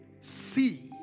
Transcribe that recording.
see